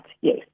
yes